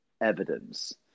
evidence